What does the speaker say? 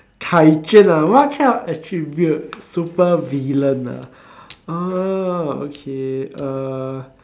Kai-Juan ah what kind of attribute supervillain ah oh okay uh